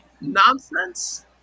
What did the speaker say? nonsense